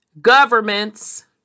governments